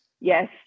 Yes